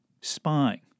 Spying